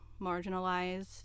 marginalized